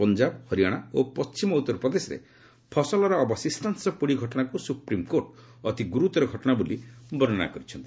ପଞ୍ଜାବ ହରିଆଣା ଓ ପଣ୍ଢିମ ଉତ୍ତରପ୍ରଦେଶରେ ଫସଲର ଅବଶିଷ୍ଟାଂଶ ପୋଡ଼ି ଘଟଣାକୁ ସୁପ୍ରିମ୍କୋର୍ଟ ଅତି ଗୁରୁତର ଘଟଣା ବୋଲି ବର୍ଣ୍ଣନା କରିଛନ୍ତି